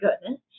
goodness